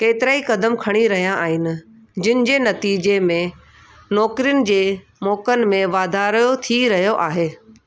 केतिराई क़दम खणी रहिया आहिनि जिन जे नतीजे में नौकिरियुनि जे मोक़नि में वाधारो थी रहियो आहे